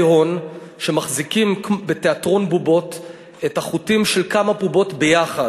הון שמחזיקים כמו בתיאטרון בובות את החוטים של כמה בובות ביחד,